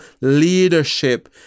leadership